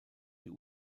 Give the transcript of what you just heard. die